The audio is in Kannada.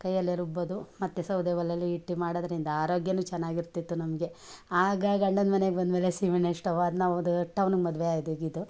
ಕೈಯಲ್ಲೇ ರುಬ್ಬೋದು ಮತ್ತೆ ಸೌದೆ ಒಲೆಯಲ್ಲಿ ಇಟ್ಟು ಮಾಡೋದ್ರಿಂದ ಆರೋಗ್ಯನು ಚೆನ್ನಾಗಿರ್ತಿತ್ತು ನಮಗೆ ಆಗ ಗಂಡನ ಮನೇಗೆ ಬಂದಮೇಲೆ ಸೀಮೆಎಣ್ಣೆ ಸ್ಟೌವ್ ಅದನ್ನ ಒಂದು ಟೌನಗೆ ಮದುವೆ ಆದಾಗಿದ್ದು